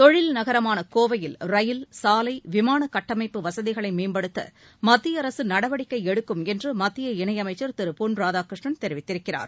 தொழில் நகரமான கோவையில் ரயில் சாலை விமான கட்டமைப்பு வசதிகளை மேம்படுத்த மத்திய அரசு நடவடிக்கை எடுக்கும் என்று மத்திய இணையமைச்சர் திரு பொன் ராதாகிருஷ்ணன் தெரிவித்திருக்கிறார்